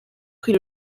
prit